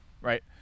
Right